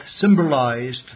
symbolized